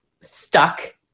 stuck